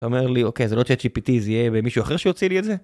אתה אומר לי, אוקיי, זה לא תהיה צ׳אט GPT, זה יהיה במישהו אחר שיוצא לי את זה?